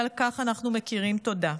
ועל כך אנחנו מכירים תודה.